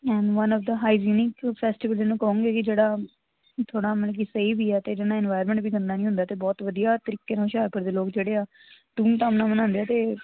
one of ਦਾ hygienic festival ਜਿਹਨੂੰ ਕਹੋਗੇ ਕਿ ਜਿਹੜਾ ਥੋੜ੍ਹਾ ਮਤਲਬ ਕਿ ਸਹੀ ਵੀ ਆ ਅਤੇ ਜਿਸ ਨਾਲ ਇਨਵਾਇਰਮੈਂਟ ਵੀ ਗੰਦਾ ਨਹੀਂ ਹੁੰਦਾ ਅਤੇ ਬਹੁਤ ਵਧੀਆ ਤਰੀਕੇ ਨਾਲ ਹੁਸ਼ਿਆਰਪੁਰ ਦੇ ਲੋਕ ਜਿਹੜੇ ਆ ਧੂਮਧਾਮ ਨਾਲ ਮਨਾਉਂਦੇ ਆ ਅਤੇ